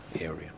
area